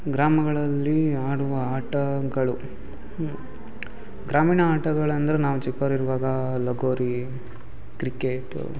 ಗ್ರಾಮಗಳಲ್ಲಿ ಆಡುವ ಆಟಗಳು ಗ್ರಾಮೀಣ ಆಟಗಳಂದ್ರೆ ನಾವು ಚಿಕ್ಕವ್ರು ಇರುವಾಗ ಲಗೋರಿ ಕ್ರಿಕೆಟು